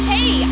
Hey